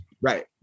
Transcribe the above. Right